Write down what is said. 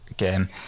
Game